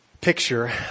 picture